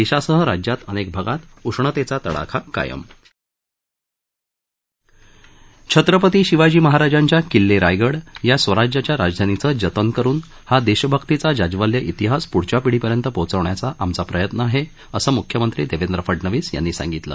देशासह राज्यात अनेक भागात उष्णतेचा तडाखा कायम छत्रपती शिवाजी महाराजांच्या किल्ले रायगड या स्वराजाच्या राजधानीचे जतन करुन हा देशभक्तीचा जाज्वल्य इतिहास प्रढच्या पिढीपर्यंत पोहोचविण्याचा आमचा प्रयत्न आहे असं म्ख्यमंत्री देवेंद्र फडणवीस यांनी सांगितलं